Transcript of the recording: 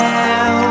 now